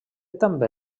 també